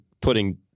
putting